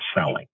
selling